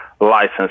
license